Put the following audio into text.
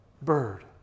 Bird